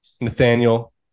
Nathaniel